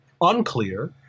unclear